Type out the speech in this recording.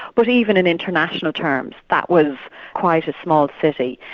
but even in international terms that was quite a small city.